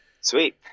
sweet